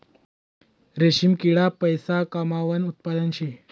रेशीम किडा पैसा कमावानं उत्पादन शे